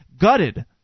gutted